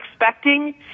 expecting